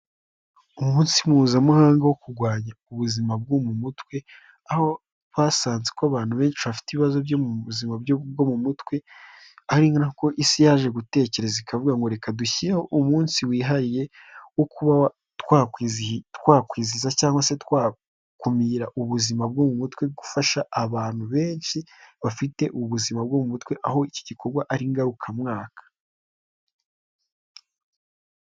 Umunsi mpuzamahanga wo kurwanya ubuzima bwo mu mutwe, aho basanze ko abantu benshi bafite ibibazo byo mu buzima bwo mu mutwe ari nako isi yaje gutekereza ikavuga ngo reka dushyireho umunsi wihariye wo kuba twakwizihiza cyangwa se twakumira ubuzima bwo mu mutwe, gufasha abantu benshi bafite ubuzima bwo mu mutwe, aho iki gikorwa ari ngarukamwaka.